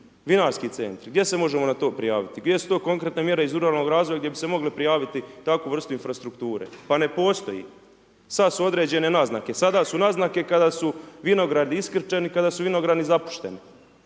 vinarski centri, gdje se možemo na to prijavit? Gdje su to konkretne mjere iz ruralnog razvoja gdje bi se mogle prijaviti takvu vrstu infrastrukture? Pa ne postoji. Sad su određene naznake, sada su naznake kada su vinogradi iskrčeni, kada su vinogradi zapušteni.